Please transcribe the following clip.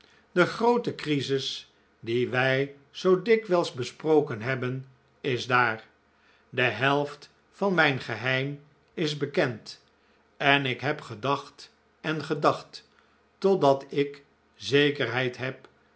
de groote crisis die wij zoo dikwijls besproken hebben is daar de helft van mijn geheim is bekend en ik heb gedacht en gedacht totdat ik zekerheid heb